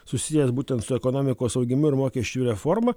susijęs būtent su ekonomikos augimu ir mokesčių reforma